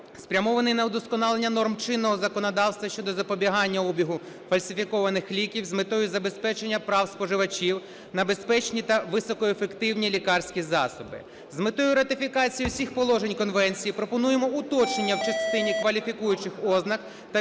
спрямований на удосконалення норм чинного законодавства щодо запобігання обігу фальсифікованих ліків з метою забезпечення прав споживачів на безпечні та високоефективні лікарські засоби. З метою ратифікації усіх положень конвенції пропонуємо уточнення в частині кваліфікуючих ознак та